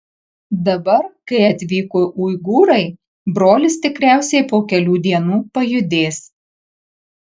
dabar kai atvyko uigūrai brolis tikriausiai po kelių dienų pajudės